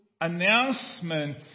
announcement